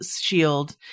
shield